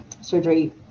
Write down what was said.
surgery